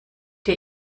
dir